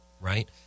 Right